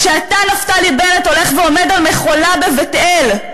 כשאתה, נפתלי בנט, הולך ועומד על מכולה בבית-אל,